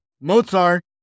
Mozart